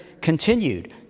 continued